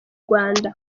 rwanda